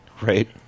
Right